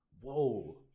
Whoa